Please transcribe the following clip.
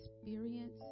experience